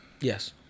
Yes